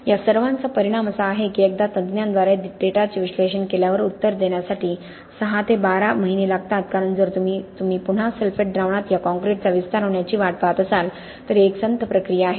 या सर्वाचा परिणाम असा आहे की एकदा तज्ञांद्वारे डेटाचे विश्लेषण केल्यावर उत्तर देण्यासाठी 6 ते 12 महिने लागतात कारण जर तुम्ही पुन्हा सल्फेट द्रावणात या काँक्रीटचा विस्तार होण्याची वाट पाहत असाल तर ही एक संथ प्रक्रिया आहे